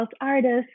artists